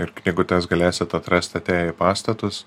ir knygutes galėsit atrasti atėję į pastatus